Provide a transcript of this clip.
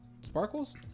Sparkles